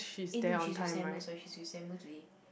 eh no she's with sorry she's with today